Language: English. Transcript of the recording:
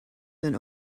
than